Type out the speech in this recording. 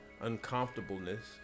uncomfortableness